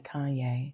Kanye